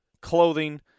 clothing